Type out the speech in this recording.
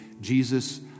jesus